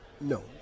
No